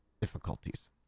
difficulties